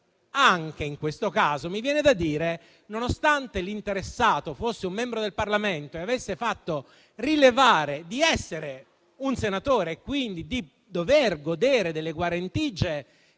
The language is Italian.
Anche in questo caso, nonostante l'interessato fosse un membro del Parlamento e avesse fatto rilevare di essere un senatore, quindi di dover godere delle guarentigie